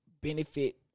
benefit